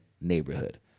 neighborhood